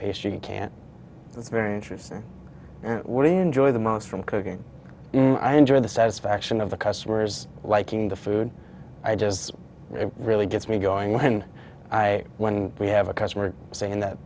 pastry can't be very interesting what do you enjoy the most from cooking i enjoy the satisfaction of the customers liking the food i just it really gets me going when i when we have a customer say